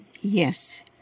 Yes